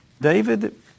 David